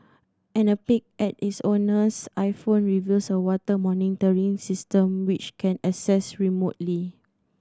and a peek at its owner's iPhone reveals a water monitoring system which can accessed remotely